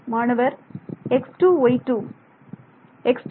மாணவர் x2 y2